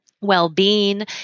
well-being